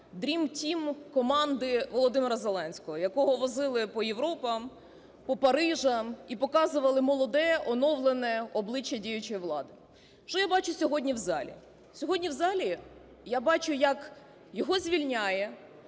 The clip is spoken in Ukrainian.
"дрім тіму" команди Володимира Зеленського, якого возили по Європам, по Парижам і показували молоде, оновлене обличчя діючої влади. Що я бачу сьогодні в залі? Сьогодні в залі я бачу, як його звільняє